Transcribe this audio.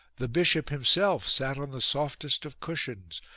the bishop himself sat on the softest of cushions,